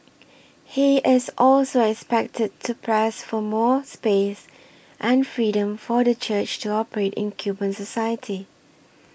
he is also expected to press for more space and freedom for the church to operate in Cuban society